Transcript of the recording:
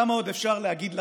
כמה עוד אפשר להגיד לכם: